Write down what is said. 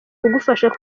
kugufasha